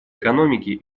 экономики